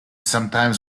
sometimes